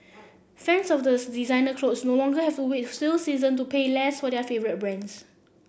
fans of those designer clothes no longer have to wait for sale season to pay less for their favourite brands